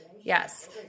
Yes